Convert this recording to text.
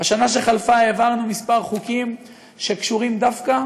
בשנה שחלפה העברנו כמה חוקים שקשורים דווקא